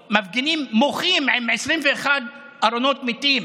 מוחים עם 21 ארונות מתים,